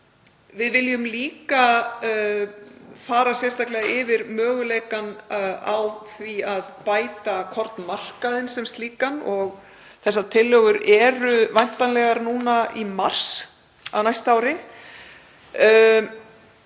Við viljum líka fara sérstaklega yfir möguleikann á að bæta kornmarkaðinn sem slíkan og þessar tillögur eru væntanlegar í mars á næsta ári.